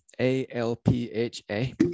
a-l-p-h-a